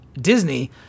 Disney